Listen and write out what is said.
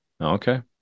Okay